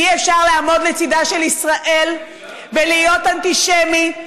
אי-אפשר לעמוד לצידה של ישראל ולהיות אנטישמי,